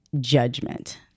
judgment